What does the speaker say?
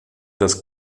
das